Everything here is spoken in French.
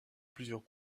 plusieurs